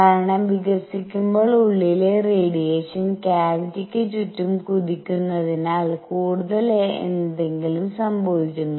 കാരണം വികസിക്കുമ്പോൾ ഉള്ളിലെ റേഡിയേഷൻ ക്യാവിറ്റിയ്ക്ക് ചുറ്റും കുതിക്കുന്നതിനാൽ കൂടുതൽ എന്തെങ്കിലും സംഭവിക്കുന്നു